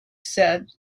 said